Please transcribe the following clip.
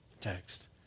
text